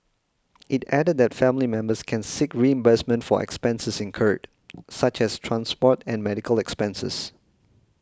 it added that family members can seek reimbursement for expenses incurred such as transport and medical expenses